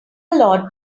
lot